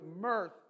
mirth